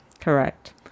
correct